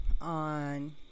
on